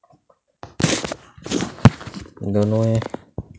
don't know eh